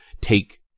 take